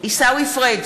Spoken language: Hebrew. עיסאווי פריג'